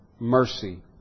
mercy